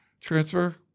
Transfer